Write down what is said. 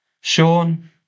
Sean